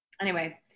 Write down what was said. anyway-